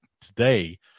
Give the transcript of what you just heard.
today